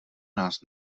nás